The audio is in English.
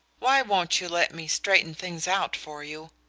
why won't you let me straighten things out for you?